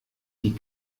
die